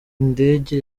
ndege